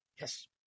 yes